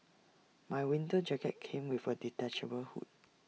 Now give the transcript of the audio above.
my winter jacket came with A detachable hood